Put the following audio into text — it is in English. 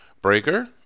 Breaker